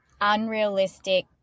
unrealistic